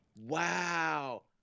Wow